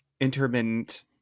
intermittent –